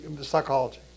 psychology